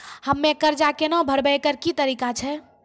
हम्मय कर्जा केना भरबै, एकरऽ की तरीका छै?